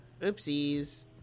Oopsies